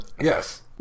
Yes